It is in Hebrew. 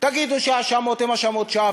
תגידו שההאשמות הן האשמות שווא.